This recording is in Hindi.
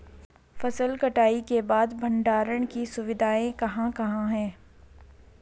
फसल कटाई के बाद भंडारण की सुविधाएं कहाँ कहाँ हैं?